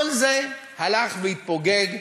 כל זה הלך והתפוגג,